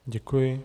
Děkuji.